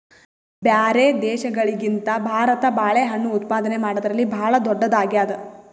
ಬ್ಯಾರೆ ದೇಶಗಳಿಗಿಂತ ಭಾರತ ಬಾಳೆಹಣ್ಣು ಉತ್ಪಾದನೆ ಮಾಡದ್ರಲ್ಲಿ ಭಾಳ್ ಧೊಡ್ಡದಾಗ್ಯಾದ